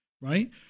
right